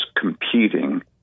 competing